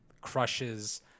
crushes